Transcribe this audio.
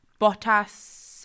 Bottas